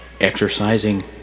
exercising